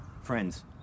friends